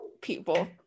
people